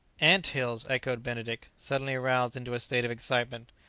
ant-hills! echoed benedict, suddenly aroused into a state of excitement.